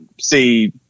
see –